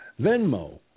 Venmo